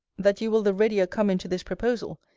that you will the readier come into this proposal,